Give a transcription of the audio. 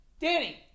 Danny